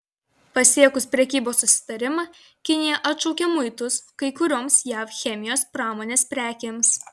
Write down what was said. pasiekus prekybos susitarimą kinija atšaukė muitus kai kurioms jav chemijos pramonės prekėms